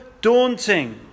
daunting